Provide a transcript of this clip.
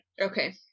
okay